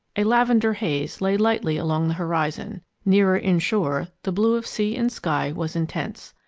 a lavender haze lay lightly along the horizon. nearer inshore the blue of sea and sky was intense.